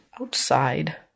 outside